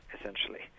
essentially